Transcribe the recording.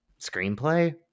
screenplay